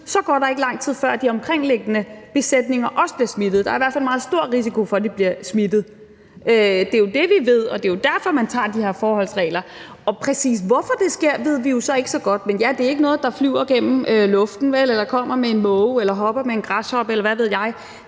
så går der ikke lang tid, før de omkringliggende besætninger også bliver smittet. Der er i hvert fald en meget stor risiko for, at de bliver smittet. Det er jo det, vi ved, og det er jo derfor, man tager de her forholdsregler. Og præcis hvorfor det sker, ved vi jo ikke så godt, men ja, det er ikke noget, der flyver gennem luften eller kommer med en måge eller hopper med en græshoppe, eller hvad ved jeg.